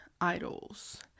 idols